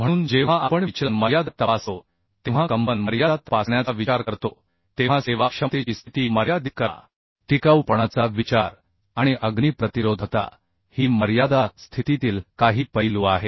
म्हणून जेव्हा आपण विचलन मर्यादा तपासतो तेव्हा कंपन मर्यादा तपासण्याचा विचार करतो तेव्हा सेवाक्षमतेची स्थिती मर्यादित करा टिकाऊपणाचा विचार आणि अग्निप्रतिरोधकता ही मर्यादा स्थितीतील काही पैलू आहेत